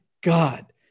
God